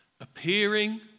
Appearing